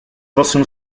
possono